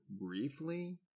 briefly